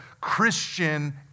Christian